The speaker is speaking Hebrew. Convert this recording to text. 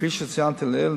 כפי שציינתי לעיל,